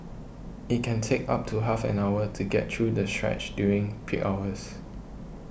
it can take up to half an hour to get through the stretch during peak hours